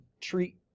treat